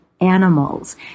animals